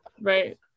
Right